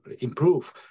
improve